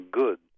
good